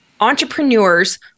entrepreneurs